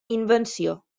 invenció